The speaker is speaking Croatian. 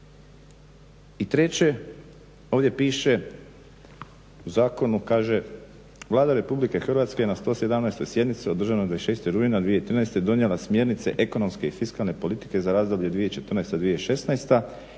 I treće, ovdje piše u zakonu kaže, Vlada Republike Hrvatske na 117 sjednici održanoj 26. rujna 2013. donijela smjernice ekonomske i fiskalne politike za razdoblje 2014.-2016.